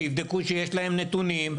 שיבדקו שיש להם נתונים.